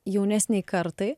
jaunesnei kartai